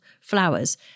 flowers